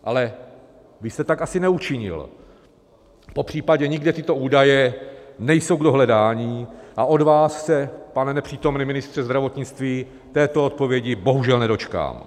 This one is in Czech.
Ale vy jste tak asi neučinil, popř. nikde tyto údaje nejsou k dohledání a od vás se, pane nepřítomný ministře zdravotnictví, této odpovědi bohužel nedočkám.